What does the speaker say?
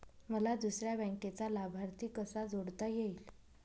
मला दुसऱ्या बँकेचा लाभार्थी कसा जोडता येईल?